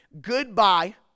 goodbye